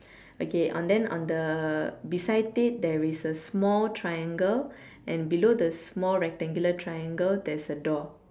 okay on then on the beside it there is a small triangle and below the small rectangular triangle there is a door